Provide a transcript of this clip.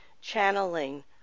channeling